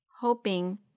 Hoping